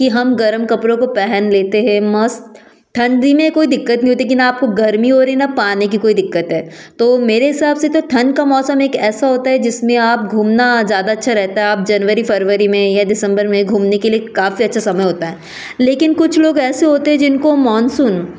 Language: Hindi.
कि हम गरम कपड़ों को पहन लेते हैं मस्त ठंडी में कोई दिक्कत नहीं होती कि ना आपको गर्मी हो रही है ना पानी की कोई दिक्कत है तो मेरे हिसाब से तो ठंड का मौसम एक ऐसा होता है जिसमें आप घूमना ज़्यादा अच्छा रहता है आप जनवरी फरवरी में या दिसम्बर में घूमने के लिए काफ़ी अच्छा समय होता है लेकिन कुछ लोग ऐसे होते हैं जिनको मानसून